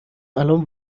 الان